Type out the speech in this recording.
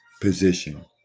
position